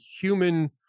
human